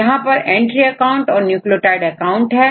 यहां पर entry account और न्यूक्लियोटाइड अकाउंट है